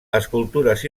escultures